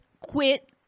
quit